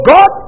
God